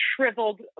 shriveled